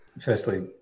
firstly